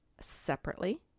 separately